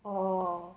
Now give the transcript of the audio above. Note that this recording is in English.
oh